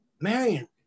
Marion